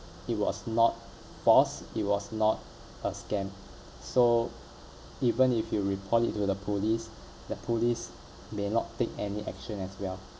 it was not forced it was not a scam so even if you report it to the police that police may not take any action as well